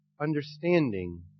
understanding